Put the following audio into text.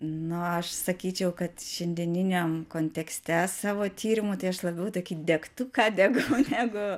nu aš sakyčiau kad šiandieniniam kontekste savo tyrimų tai aš labiau tokį degtuką degu negu